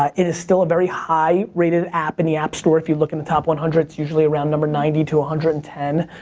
um it is still a very high rated app in the app store, if you look in the top one hundred, it's usually around number ninety to one hundred and ten.